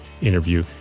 interview